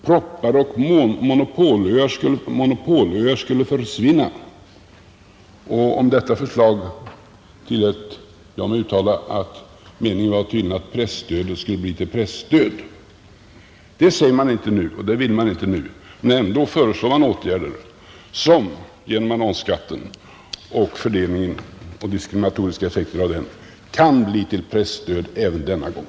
Proppar och monopolöar skulle försvinna. Om detta förslag tillät jag mig uttala att meningen tydligen var att presstöd skulle leda till pressdöd. Det säger man inte nu och vill det inte heller. Men ändå föreslår man åtgärder, som genom annonsskattens fördelning och diskriminatoriska effekter kan leda till pressdöd även denna gång.